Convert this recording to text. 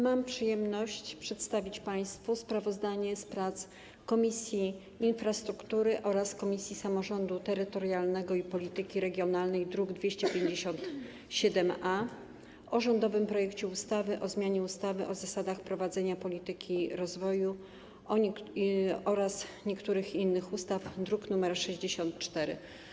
Mam przyjemność przedstawić państwu sprawozdanie z prac Komisji Infrastruktury oraz Komisji Samorządu Terytorialnego i Polityki Regionalnej, druk nr 257-A, o rządowym projekcie ustawy o zmianie ustawy o zasadach prowadzenia polityki rozwoju oraz niektórych innych ustaw, druk nr 64.